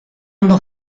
ondo